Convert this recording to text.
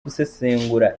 gusesengura